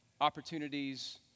opportunities